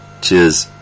Cheers